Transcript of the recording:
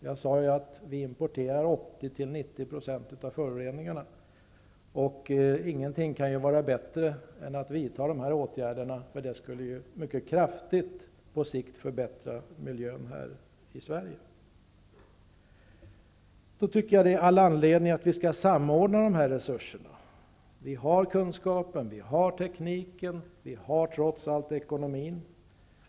Jag sade ju att vi importerar 80--90 % av föroreningarna, och ingenting kan vara bättre än att vidta dessa åtgärder. Det skulle på sikt mycket kraftigt förbättra miljön här i Sverige. Det finns all anledning att samordna dessa resurser. Vi har kunskapen, vi har tekniken, och vi har trots allt en god ekonomi.